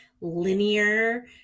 linear